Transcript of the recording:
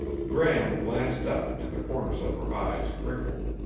gram glanced up and the corners of her eyes crinkled.